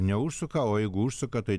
neužsuka o jeigu užsuka tai